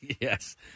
Yes